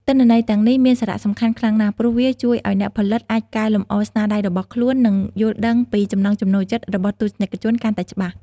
ទិន្នន័យទាំងនេះមានសារៈសំខាន់ខ្លាំងណាស់ ព្រោះវាជួយឱ្យអ្នកផលិតអាចកែលម្អស្នាដៃរបស់ខ្លួន និងយល់ដឹងពីចំណង់ចំណូលចិត្តរបស់ទស្សនិកជនកាន់តែច្បាស់។